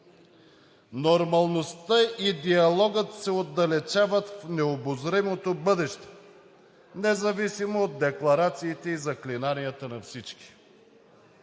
Нормалността и диалогът се отдалечават в необозримото бъдеще, независимо от декларациите и заклинанията на всички.